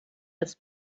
das